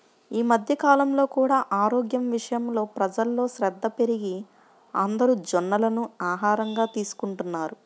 ఈ మధ్య కాలంలో కూడా ఆరోగ్యం విషయంలో ప్రజల్లో శ్రద్ధ పెరిగి అందరూ జొన్నలను ఆహారంగా తీసుకుంటున్నారు